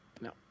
No